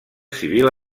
civil